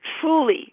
truly